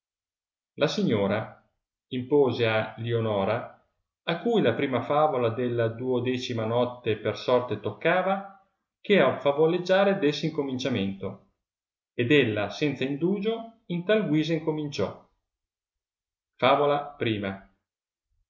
la signora vidde che ogniun taceva iinpose a lionora a cui la prima favola della duodecima notte per sorte toccava che al l'avoleggiare desse incominciamento ed ella senza indurrlo in tal guisa incominciò favola